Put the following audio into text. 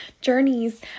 journeys